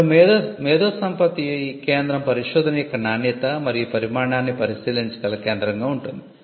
ఇప్పుడు మేధోసంపత్తి కేంద్రం పరిశోధన యొక్క నాణ్యత మరియు పరిమాణాన్ని పరిశీలించగల కేంద్రంగా ఉంటుంది